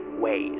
ways